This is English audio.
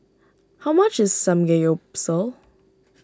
how much is Samgeyopsal